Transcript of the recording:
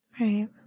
Right